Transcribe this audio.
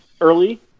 early